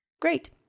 Great